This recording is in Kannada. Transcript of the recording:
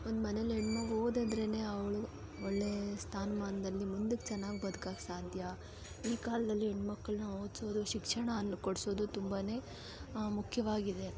ಒಂದು ಮನೇಲಿ ಹೆಣ್ಣು ಮಗು ಓದಿದ್ರೇನೆ ಅವಳು ಒಳ್ಳೇ ಸ್ಥಾನಮಾನ್ದಲ್ಲಿ ಮುಂದಕ್ಕೆ ಚೆನ್ನಾಗ್ ಬದ್ಕೋಕ್ ಸಾಧ್ಯ ಈ ಕಾಲದಲ್ಲಿ ಹೆಣ್ಣು ಮಕ್ಕಳನ್ನ ಓದಿಸೋದು ಶಿಕ್ಷಣ ಅನ್ನು ಕೊಡ್ಸೋದು ತುಂಬಾ ಮುಖ್ಯವಾಗಿದೆ